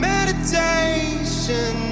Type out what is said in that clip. Meditation